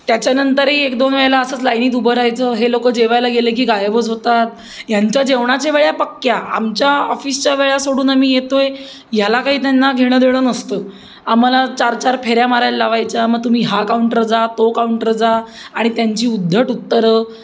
त्याच्यानंतरही एक दोन वेळेला असंच लायनीत उभं राहायचं हे लोकं जेवायला गेले की गायबच होतात ह्यांच्या जेवणाच्या वेळा पक्क्या आमच्या ऑफिसच्या वेळा सोडून आम्ही येतो आहे ह्याला काही त्यांना घेणं देणं नसतं आम्हाला चार चार फेऱ्या मारायला लावायच्या मग तुम्ही हा काउंटर जा तो काउंटर जा आणि त्यांची उद्धट उत्तरं